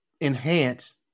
enhance